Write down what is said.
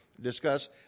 discuss